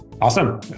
Awesome